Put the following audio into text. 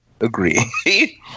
agree